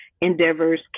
endeavors